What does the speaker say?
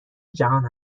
جهان